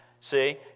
see